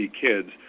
kids